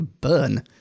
Burn